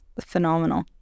phenomenal